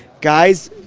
guys?